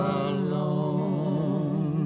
alone